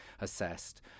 assessed